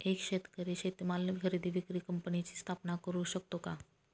एक शेतकरी शेतीमाल खरेदी विक्री कंपनीची स्थापना करु शकतो का?